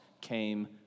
came